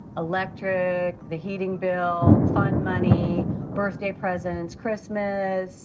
electric, the heating bill, fun money, birthday presents, christmas.